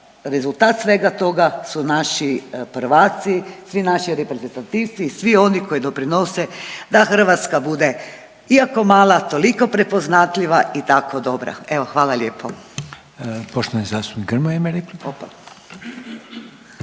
rezultat svega toga su naši prvaci, svi naši reprezentativci i svi oni koji doprinose da Hrvatska bude iako mala toliko prepoznatljiva i tako dobra. Evo hvala lijepo.